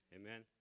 Amen